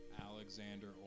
Alexander